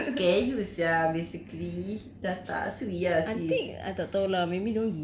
oh they want to scare you sia basically dah tak sui ah sis